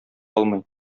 алмый